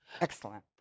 Excellent